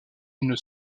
une